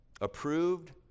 Approved